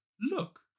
look